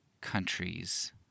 countries